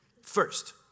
First